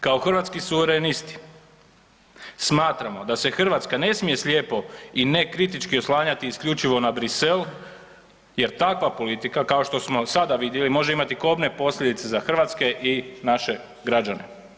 Kao Hrvatski suverenisti, smatramo da se Hrvatska ne smije slijepo i nekritički oslanjati isključivo na Bruxelles jer takva politika, kao što smo sada vidjeli, može imati kobne posljedice za hrvatske i naše građane.